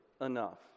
enough